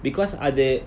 because அது:athu